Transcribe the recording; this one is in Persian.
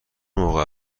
موقع